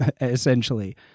essentially